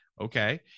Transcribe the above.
Okay